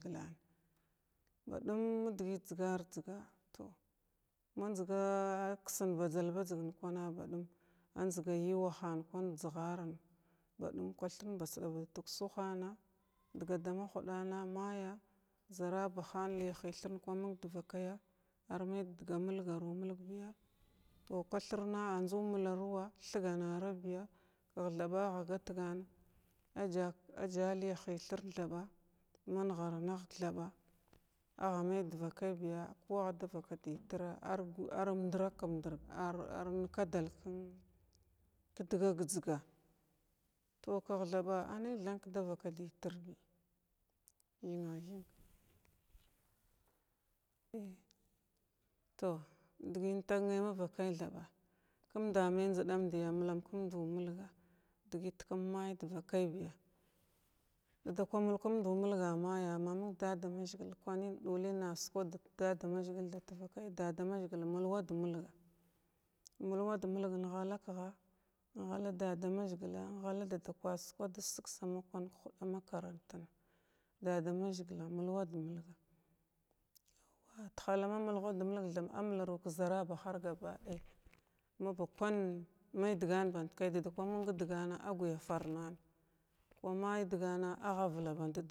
Gla baɗum nadəgəy jzgar-jzga tow manjzga ksin bajzal bagzgan kwan bɗum aujzga yuwa han kwan jzgharən badaun kwa thirn ba sdava todk suhanna daga dama huɗana mayya zarabahan liyahithin kum məng dvakayya ar may dadagh nulgaru nəlgbi toro kwathirna a njzu mularuwa thiganarabiya thaɓa ba gatghwa aja aja liyahon thirthaɓ ma nghara nəhg thaɓa agha may dvakay biya kow agha davakəy dəthir ar arumdrak umɗirga ar ar nakadal kən ka daga gətsga tow kəh thaɓa anay than davaka dəy tir bi thimu thing ai tow dəgəy tag nay ma vakay thaɓa kumda amay njdau dya mahun kundu mulgwa dəgət kum may dvakaybiya dadakwa mulkumdu mulgwa may ya ma məng dadamazəgila kwanən ɗulləna ar skwadət dadam azəgil da tvakay dadamazəgil muhwad mulgwa mulwad mulgwa, in ghalakigha inghala dadama zəgila, inghala dada kwa skiradiv sig sama kwan ka huɗa makarantin, dada mazəgila mulwad mulgwa a tahal ma mulwad mulgw dum amularu ka zarabahar gabaɗay ma ba kwan may dəgan ban kay dadakwa mənga dəgan agya farnan kwa may dəgam a agha valga bada dəgar.